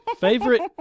Favorite